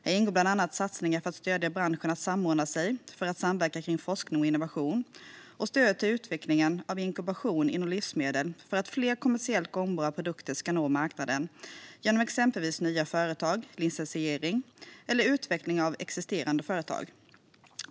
Här ingår bland annat satsningar för att stödja branschen att samordna sig för att samverka kring forskning och innovation och stöd till utvecklingen av inkubation inom livsmedel för att fler kommersiellt gångbara produkter ska nå marknaden genom till exempel nya företag, licensiering eller utveckling av existerande företag.